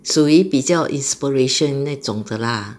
属于比较 inspiration 那种的 lah